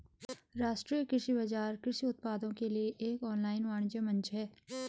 राष्ट्रीय कृषि बाजार कृषि उत्पादों के लिए एक ऑनलाइन वाणिज्य मंच है